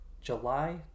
July